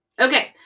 Okay